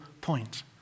point